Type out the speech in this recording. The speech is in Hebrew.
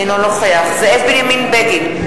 אינו נוכח זאב בנימין בגין,